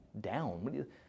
Down